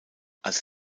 als